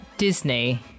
Disney